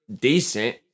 decent